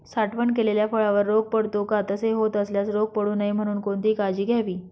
साठवण केलेल्या फळावर रोग पडतो का? तसे होत असल्यास रोग पडू नये म्हणून कोणती काळजी घ्यावी?